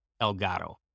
Elgato